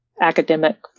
academic